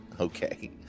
Okay